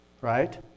right